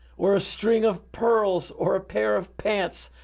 or a string of pearls, or a pair of pants,